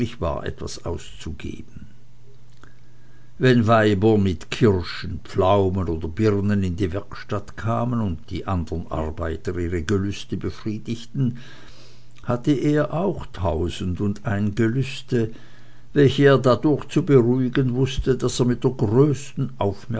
etwas auszugeben wenn weibe mit kirschen pflaumen oder birnen in die werkstatt kamen und die anderen arbeiter ihre gelüste befriedigten hatte er auch tausend und ein gelüste welche er dadurch zu beruhigen wußte daß er mit der größten